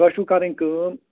تۄہہِ چھُو کَرٕنۍ کٲم